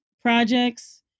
Projects